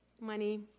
Money